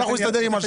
אנחנו נסתדר עם השאר.